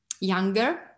younger